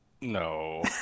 No